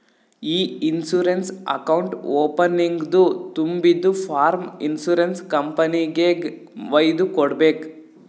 E insurance account ಓಪನಿಂಗ್ದು ತುಂಬಿದು form insurance ಕಂಪನಿಗೆಗ್ ವೈದು ಕೊಡ್ಬೇಕ್